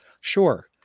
sure